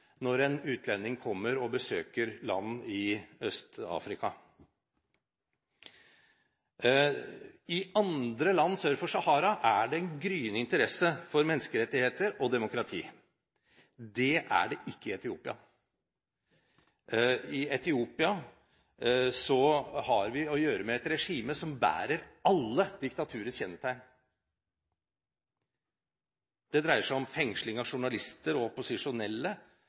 når en utlending kommer og besøker land i Øst-Afrika. I andre land sør for Sahara er det en gryende interesse for menneskerettigheter og demokrati. Det er det ikke i Etiopia. I Etiopia har vi å gjøre med et regime som bærer alle diktaturets kjennetegn: Det dreier seg om fengsling av journalister og opposisjonelle